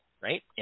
right